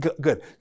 Good